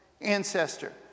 ancestor